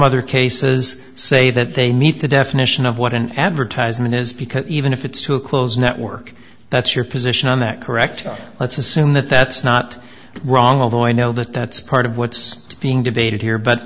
other cases say that they meet the definition of what an advertisement is because even if it's to a close network that's your position on that correct let's assume that that's not wrong ovoid know that that's part of what's being debated here but